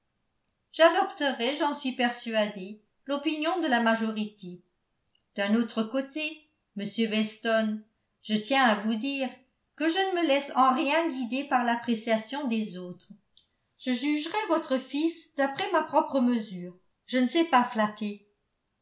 j'adopterai j'en suis persuadée l'opinion de la majorité d'un autre côté m weston je tiens à vous dire que je ne me laisse en rien guider par l'appréciation des autres je jugerai votre fils d'après ma propre mesure je ne sais pas flatter